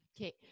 okay